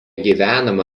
gyvenama